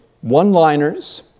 one-liners